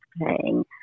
playing